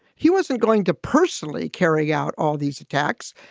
he wasn't going to personally carry out all these attacks.